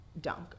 dunk